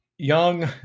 young